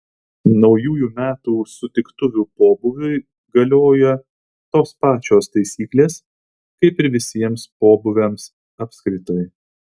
naujųjų metų sutiktuvių pobūviui galioja tos pačios taisyklės kaip ir visiems pobūviams apskritai